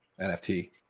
NFT